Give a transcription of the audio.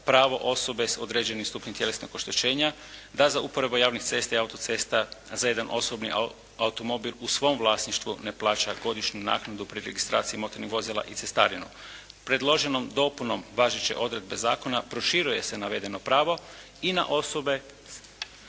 pravo osobe sa određenim stupnjem tjelesnog oštećenja da za uporabu javnih cesta i autocesta za jedan osobni automobil u svom vlasništvu ne plaća godišnju naknadu pri registraciji motornih vozila i cestarinom. Predloženom dopunom važeće odredbe zakona proširuje se navedeno pravo i na osobe